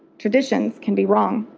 traditions can be wrong.